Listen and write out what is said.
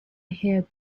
hear